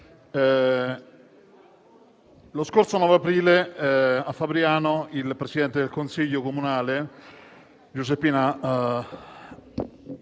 lo scorso 9 aprile, a Fabriano, il presidente del consiglio comunale Giuseppina